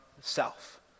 self